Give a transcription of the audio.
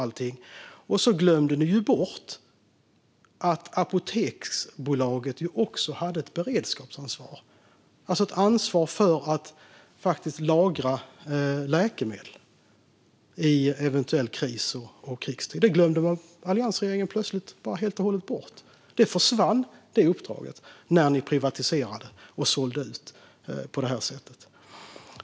Men ni glömde bort att Apoteksbolaget också hade ett beredskapsansvar, alltså ett ansvar för att lagra läkemedel i eventuell kris och krigstid. Detta glömde alliansregeringen helt och hållet bort. Det uppdraget försvann när ni privatiserade och sålde ut på det här sättet.